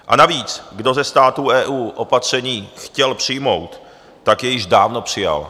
A navíc kdo ze států EU opatření chtěl přijmout, tak je již dávno přijal.